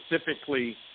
specifically